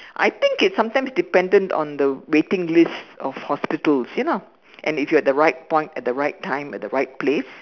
I think it's sometimes dependent on the waiting list of hospitals you know and if you are at the right point at the right time at the right place